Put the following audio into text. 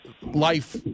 life